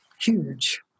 huge